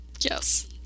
yes